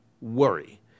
worry